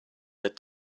but